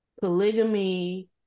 polygamy